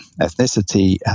ethnicity